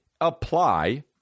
apply